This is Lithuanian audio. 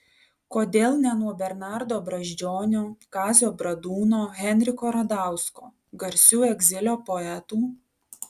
kodėl ne nuo bernardo brazdžionio kazio bradūno henriko radausko garsių egzilio poetų